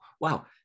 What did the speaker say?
Wow